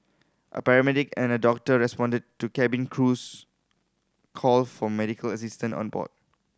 a paramedic and a doctor responded to cabin crew's call for medical assistance on board